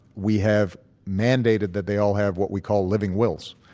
we have mandated that they all have what we call living wills,